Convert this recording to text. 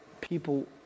people